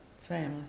family